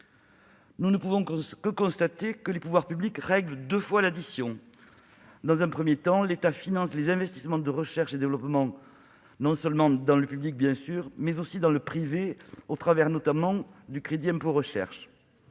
Nous ne pouvons que le constater, les pouvoirs publics règlent deux fois l'addition. Dans un premier temps, l'État finance les investissements de recherche et développement non seulement dans le public, mais aussi dans le privé, au travers notamment du crédit d'impôt recherche.